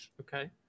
Okay